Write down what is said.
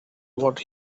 what